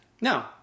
No